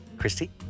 Christy